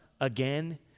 again